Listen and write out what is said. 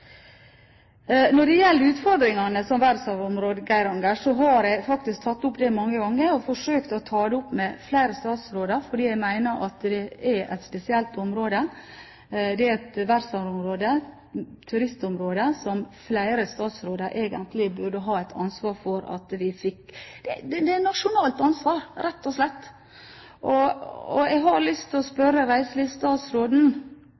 Når det gjelder utfordringene for verdensarvområdet Geiranger, har jeg faktisk tatt det opp mange ganger, og jeg har forsøkt å ta det opp med flere statsråder, fordi jeg mener at det er et spesielt område. Det er et verdensarvområde, et turistområde, som flere statsråder egentlig burde ha et ansvar for. Det er rett og slett et nasjonalt ansvar. Jeg har lyst til å